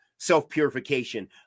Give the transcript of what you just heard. self-purification